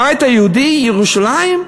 הבית היהודי, ירושלים,